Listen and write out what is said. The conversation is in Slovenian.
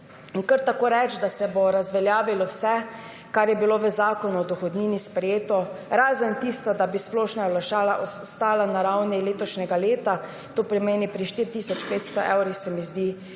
in kar tako reči, da se bo razveljavilo vse, kar je bilo v Zakonu o dohodnini sprejeto, razen tisto, da bi splošna olajšava ostala na ravni letošnjega leta, to pomeni pri 4 tisoč 500 evrih, se mi zdi